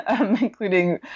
including